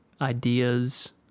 ideas